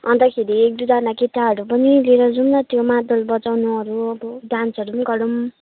अन्तखेरि एकदुईजना केटाहरू पनि लिएर जौँ न त्यो मादल बजाउनुहरू अब डान्सहरू पनि गरौँ